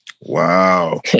Wow